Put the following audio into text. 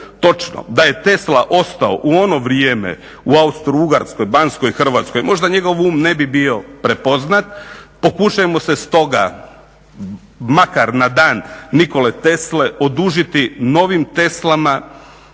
Točno da je Tesla ostao u ono vrijeme u Austro-ugarskoj, Banskoj Hrvatskoj možda njegov um ne bi bio prepoznat. Pokušajmo se stoga makar na dan Nikole Tesle odužiti novim Teslama,